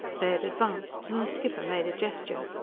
baird advanced, and the skipper made a gesture.